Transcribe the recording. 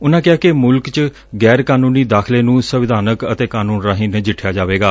ਉਨਾਂ ਕਿਹਾ ਕਿ ਮੁਲਕ ਚ ਗੈਰਕਾਨੁੰਨੀ ਦਾਖ਼ਲੇ ਨੁੰ ਸੰਵਿਧਾਨਕ ਅਤੇ ਕਾਨੁੰਨ ਰਾਹੀਂ ਨਜਿੱਠਿਆ ਜਾਵੇਗਾ